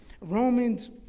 Romans